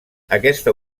aquesta